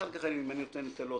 אחר כך אם אני נותן לו טיפ,